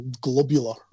globular